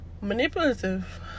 manipulative